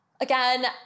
Again